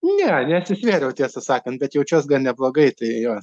ne nesisvėriau tiesą sakant bet jaučiuos gan neblogai tai jo